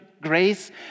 grace